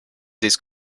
these